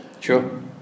Sure